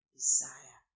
desire